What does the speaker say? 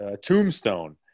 Tombstone